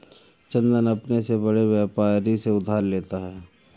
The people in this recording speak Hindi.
चंदन अपने से बड़े व्यापारी से उधार लेता है